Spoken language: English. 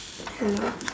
hello